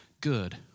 good